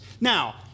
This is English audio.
Now